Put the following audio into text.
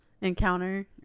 encounter